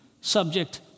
subject